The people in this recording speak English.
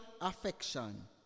affection